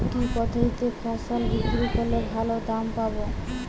কি পদ্ধতিতে ফসল বিক্রি করলে ভালো দাম পাব?